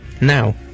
Now